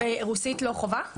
ורוסית לא חובה?